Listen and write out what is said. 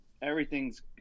everything's